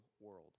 world